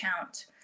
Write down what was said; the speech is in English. count